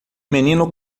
menino